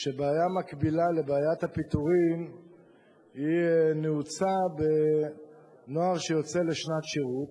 שבעיה מקבילה לבעיית הפיטורים נעוצה בנוער שיוצא לשנת שירות.